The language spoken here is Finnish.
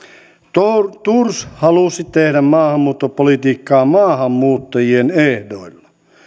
thors thors halusi tehdä maahanmuuttopolitiikkaa maahanmuuttajien ehdoilla